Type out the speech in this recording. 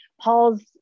Paul's